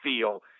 feel